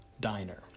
diner